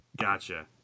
gotcha